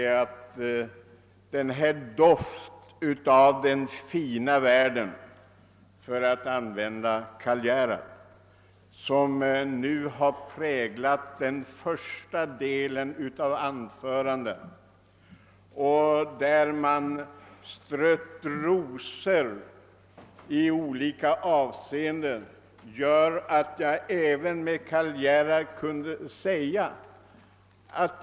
En doft av den "fina världen — för att citera Karl Ger "hard — har märkts under de första an 'förandena, där talarna har strött ut ro 'sor.